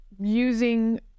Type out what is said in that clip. using